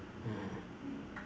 mm